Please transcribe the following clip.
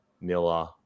Miller